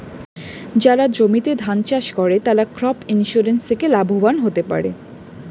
যারা জমিতে ধান চাষ করে তারা ক্রপ ইন্সুরেন্স থেকে লাভবান হতে পারে